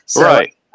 Right